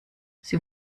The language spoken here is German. sie